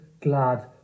glad